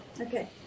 Okay